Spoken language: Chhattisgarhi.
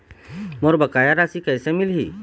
मोर बकाया राशि कैसे मिलही?